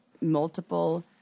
multiple